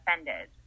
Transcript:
offended